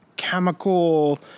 chemical